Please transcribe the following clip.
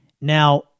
Now